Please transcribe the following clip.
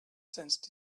sensed